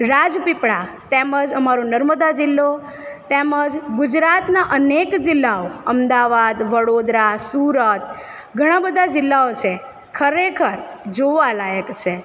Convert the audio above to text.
રાજપીપળા તેમજ અમારું નર્મદા જિલ્લો તેમજ ગુજરાતનાં અનેક જિલ્લાઓ અમદાવાદ વડોદરા સૂરત ઘણા બધા જિલ્લાઓ છે ખરેખર જોવાલાયક છે